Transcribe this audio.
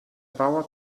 bauer